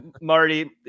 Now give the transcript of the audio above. Marty